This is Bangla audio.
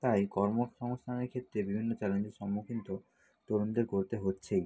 তাই কর্ম সংস্থানের ক্ষেত্রে বিভিন্ন চ্যালেঞ্জের সম্মুখীন তো তরুণদের করতে হচ্ছে